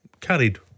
carried